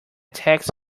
tax